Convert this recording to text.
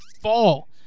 fall